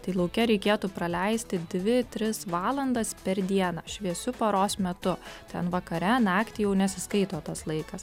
tai lauke reikėtų praleisti dvi tris valandas per dieną šviesiu paros metu ten vakare naktį jau nesiskaito tas laikas